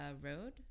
road